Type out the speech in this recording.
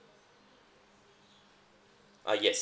uh yes